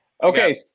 Okay